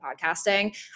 podcasting